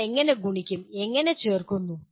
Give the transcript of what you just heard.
നിങ്ങൾ എങ്ങനെ ഗുണിക്കും എങ്ങനെ ചേർക്കുന്നു